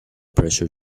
pressure